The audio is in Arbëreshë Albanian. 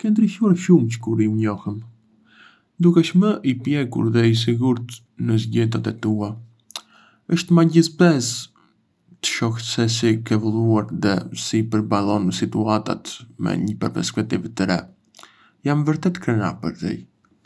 Ke ndryshuar shumë çë kur u njohëm... dukesh më i pjekur dhe i sigurt në zgjedhjet e tua. Është magjepsëse të shoh sesi ke evoluar dhe si i përballon situatat me një perspektivë të re. Jam vërtet krenar për ty.